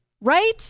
right